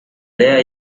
there